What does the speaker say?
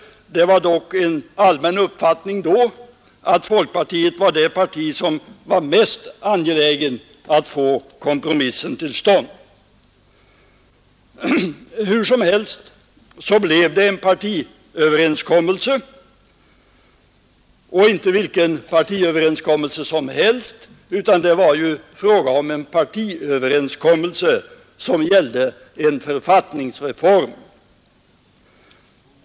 Det var emellertid en allmän uppfattning då att folkpartiet var det parti som var mest angeläget att få kompromissen till stånd. Hur som helst så träffades det en partiöverenskommelse — och inte vilken överenskommelse som helst, utan det var en partiöverenskommelse som gällde en författningsreform.